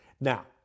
Now